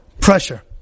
pressure